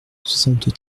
soixante